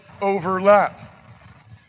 overlap